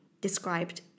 described